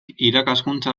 irakaskuntza